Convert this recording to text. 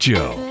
Joe